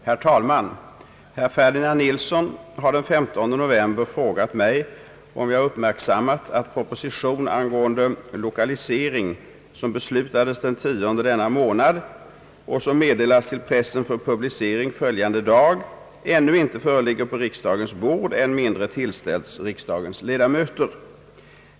»Har Statsrådet uppmärksammat att proposition angående lokalisering, beslutad fredagen den 10 denna månad och meddelad till pressen för publicering följande dag, ännu icke föreligger på riksdagens bord, än mindre tillställts riksdagens ledamöter?